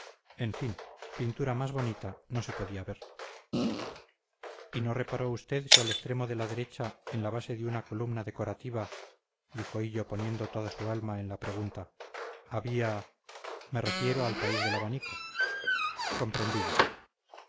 en fin pintura más bonita no se podía ver y no reparó usted si al extremo de la derecha en la base de una columna decorativa dijo hillo poniendo toda su alma en la pregunta había me refiero al país del abanico comprendido